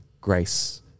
grace